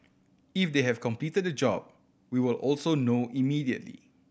if they have completed the job we will also know immediately